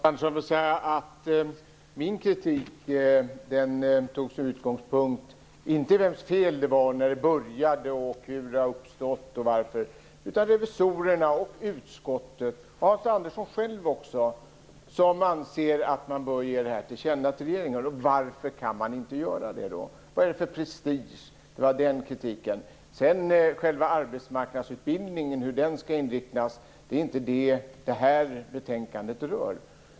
Herr talman! Min kritik tog inte sin utgångspunkt i vems fel det var, när det började, hur det har uppstått och varför. Den tog sin utgångspunkt i att revisorerna och utskottet, och även Hans Andersson själv, anser att man bör ge det här till känna till regeringen. Varför kan man inte göra det då? Vad är det fråga om för prestige? Det var det kritiken gällde. Själva arbetsmarknadsutbildningen och hur den skall inriktas är inte vad det här betänkandet rör.